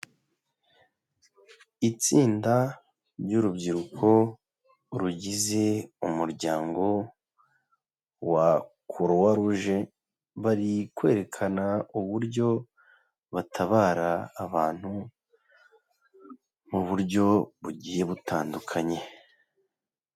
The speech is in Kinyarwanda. Itsinda ry'urubyiruko rugize umuryango wa kuruwa ruje bari kwereka abantu uburyo batabara abantu, mu buryo bugiye butandukanye.